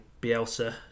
Bielsa